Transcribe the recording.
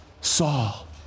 Saul